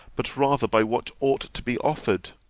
but rather by what ought to be offered.